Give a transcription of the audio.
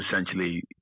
essentially